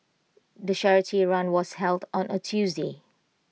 the charity run was held on A Tuesday